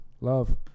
Love